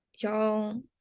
y'all